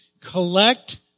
Collect